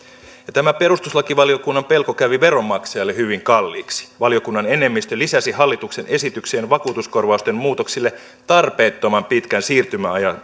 tämä perustuslakivaliokunnan pelko kävi veronmaksajille hyvin kalliiksi valiokunnan enemmistö lisäsi hallituksen esitykseen vakuutuskorvausten muutoksille tarpeettoman pitkän siirtymäajan